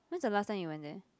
when is the last time you went there